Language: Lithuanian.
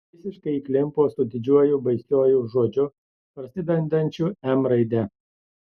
visiškai įklimpo su didžiuoju baisiuoju žodžiu prasidedančiu m raide